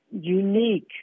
unique